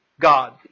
God